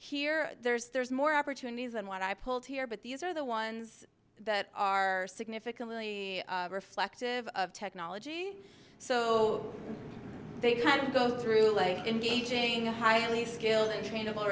here there's there's more opportunities than what i pulled here but these are the ones that are significantly reflective of technology so they kind of go through like engaging a highly skilled and trainable